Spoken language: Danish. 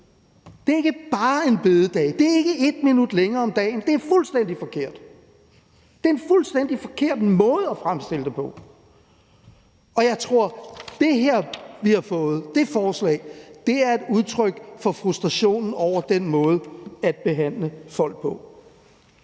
Det er ikke bare en bededag, det er ikke et minut længere om dagen, det er fuldstændig forkert. Det er en fuldstændig forkert måde at fremstille det på, og jeg tror, at det her forslag, vi har fået, er et udtryk for frustrationen over den måde at behandle folk på.